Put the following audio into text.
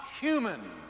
human